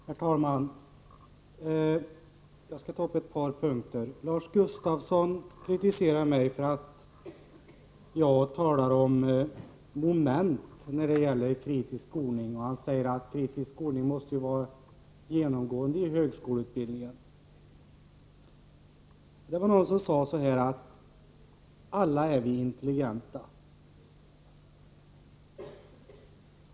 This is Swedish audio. Herr talman! Jag skall ta upp ett par punkter i Lars Gustafssons inlägg, och då till att börja med den kritik han framförde mot att jag talade om att man skall ha vissa moment som behandlar skolning i kritiskt tänkande. Lars Gustafsson sade att den skolningen skall vara genomgående i högskoleutbildningen. Någon sade: Alla är vi intelligenta.